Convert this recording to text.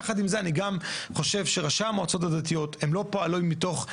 יחד עם זאת אני חושב שראשי המועצות הדתיות הם לא פועלים מתוך,